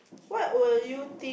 what will you think